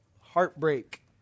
heartbreak